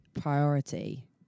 priority